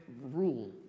rule